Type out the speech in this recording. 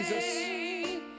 Jesus